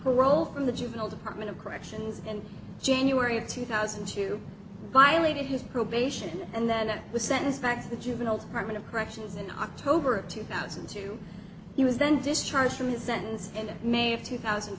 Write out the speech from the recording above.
who roll from the juvenile department of corrections and january of two thousand to violated his probation and then it was sentenced back to the juvenile hartman of corrections in october of two thousand and two he was then discharged from his sentence and may of two thousand